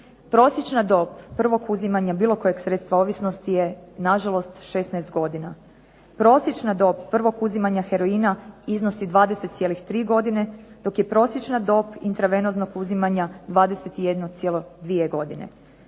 Prosječna dob prvog uzimanja bilo kojeg sredstva ovisnosti je na žalost 16 godina. Prosječna dob prvog uzimanja heroina iznosi 20,3 godine dok je prosječna dob intravenoznog uzimanja 21,2 godine.